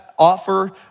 offer